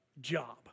job